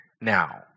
now